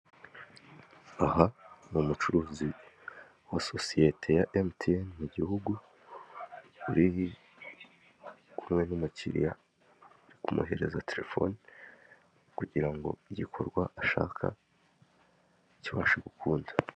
Aha, ni umucuruzi wa sosiyete ya MTN mu gihugu, uri kumwe n'umukiriya. Ari kumuhereza telefoni kugira ngo igikorwa ashaka kibashe gukunda.